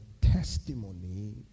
testimony